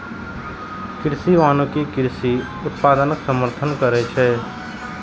कृषि वानिकी कृषि उत्पादनक समर्थन करै छै